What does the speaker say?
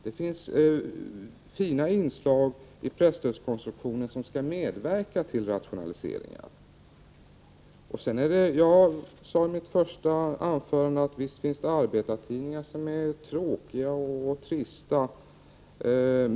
Det finns fina inslag i presstödskonstruktionen som skall medverka till rationaliseringar. Jag sade i mitt första anförande att det visst finns arbetartidningar som är tråkiga och trista.